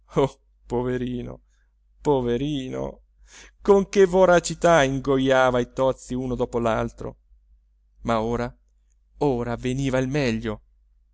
poverino poverino con che voracità ingojava i tozzi uno dopo l'altro ma ora ora veniva il meglio